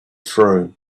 through